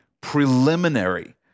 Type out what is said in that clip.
preliminary